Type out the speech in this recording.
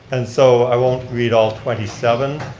and so i won't read all twenty seven,